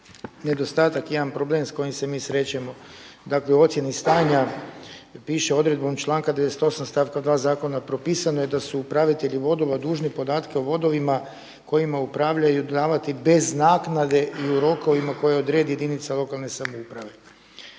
nedostatak, jedan problem s kojim se mi srećemo. Dakle u ocjeni stanja piše „odredbom članka 98. stavka 2. Zakona propisano je su upravitelji vodova dužni podatke o vodovima kojima upravljaju davati bez naknade i u rokovima koje odredi jedinica lokalne samouprave“.